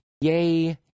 Yay